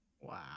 Wow